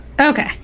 okay